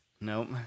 nope